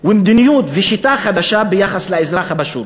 ומדיניות ושיטה חדשה ביחס לאזרח הפשוט,